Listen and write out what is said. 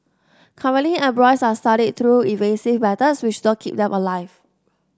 currently embryos are studied through invasive methods which don't keep them alive